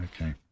Okay